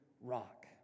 rock